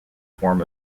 form